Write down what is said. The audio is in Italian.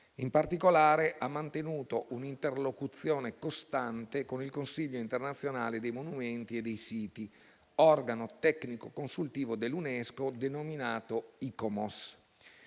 In particolare, ha mantenuto un'interlocuzione costante con il Consiglio internazionale dei monumenti e dei siti, organo tecnico-consultivo dell'UNESCO, denominato ICOMOS.